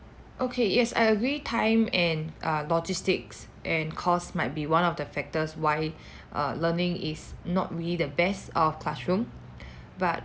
okay yes I agree time and err logistics and cost might be one of the factors why err learning is not really the best out of classroom but